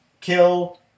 kill